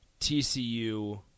TCU